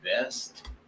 best